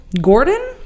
Gordon